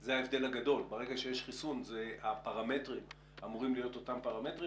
זה ההבדל הגדול הפרמטרים אמורים להיות אותם פרמטרים.